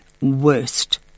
worst